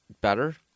better